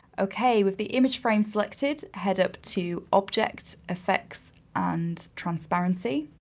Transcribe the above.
okay, with the image frame selected, head up to objects effects and transparency.